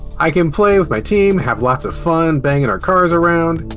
i can play with my team, have lots of fun, banging our cars around,